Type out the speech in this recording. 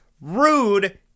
rude